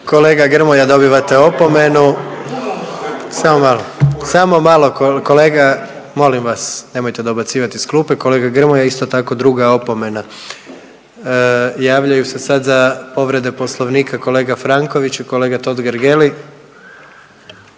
Kolega Grmoja, dobivate opomenu. Samo malo, samo malo, kolega molim vas nemojte dobacivati iz klupe. Kolega Grmoja isto tako druga opomena. Javljaju se sad za povrede poslovnika kolega Franković i kolega Totgergeli.